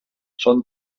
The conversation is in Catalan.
són